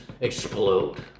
explode